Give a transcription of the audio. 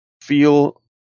feel